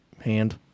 hand